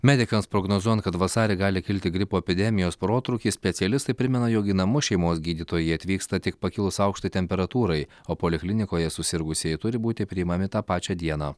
medikams prognozuojant kad vasarį gali kilti gripo epidemijos protrūkis specialistai primena jog į namus šeimos gydytojai atvyksta tik pakilus aukštai temperatūrai o poliklinikoje susirgusieji turi būti priimami tą pačią dieną